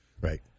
Right